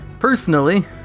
Personally